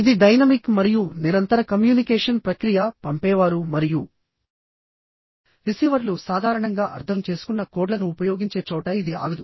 ఇది డైనమిక్ మరియు నిరంతర కమ్యూనికేషన్ ప్రక్రియ పంపేవారు మరియు రిసీవర్లు సాధారణంగా అర్థం చేసుకున్న కోడ్లను ఉపయోగించే చోట ఇది ఆగదు